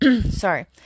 sorry